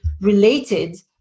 related